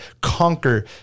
conquer